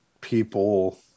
people